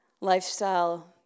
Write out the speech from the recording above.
Lifestyle